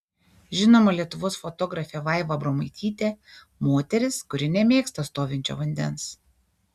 žinoma lietuvos fotografė vaiva abromaitytė moteris kuri nemėgsta stovinčio vandens